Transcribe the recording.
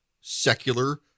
secular